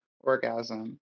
orgasm